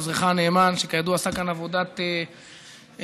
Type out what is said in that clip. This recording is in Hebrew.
עוזרך הנאמן שכידוע עשה כאן עבודת לישה,